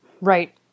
Right